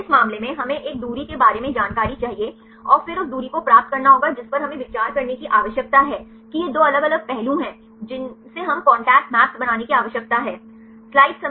इस मामले में हमें एक दूरी के बारे में जानकारी चाहिए और फिर उस दूरी को प्राप्त करना होगा जिस पर हमें विचार करने की आवश्यकता है कि ये 2 अलग अलग पहलू हैं जिनसे हमें कांटेक्ट मैप्स बनाने की आवश्यकता है